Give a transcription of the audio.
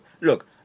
Look